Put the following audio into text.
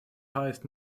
highest